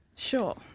Sure